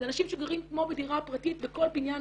זה אנשים שגרים כמו בדירה פרטית בכל בניין